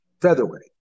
featherweight